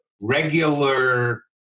regular